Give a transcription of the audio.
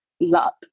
luck